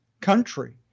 country